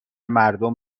مردم